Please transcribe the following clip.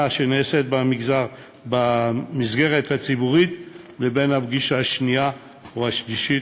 שנעשית במסגרת הציבורית לבין הפגישה השנייה או השלישית,